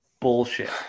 Bullshit